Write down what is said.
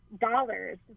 dollars